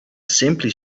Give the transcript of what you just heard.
simply